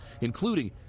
including